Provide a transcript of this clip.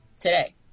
today